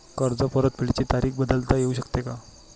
कर्ज परतफेडीची तारीख बदलता येऊ शकते का?